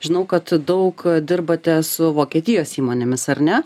žinau kad daug dirbate su vokietijos įmonėmis ar ne